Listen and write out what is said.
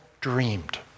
dreamed